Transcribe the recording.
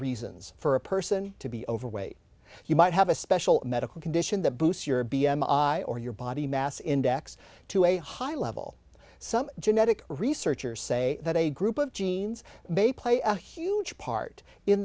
reasons for a person to be overweight you might have a special medical condition that boosts your b m i or your body mass index to a high level some genetic researchers say that a group of genes bay play a huge part in